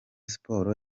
sports